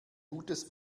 gutes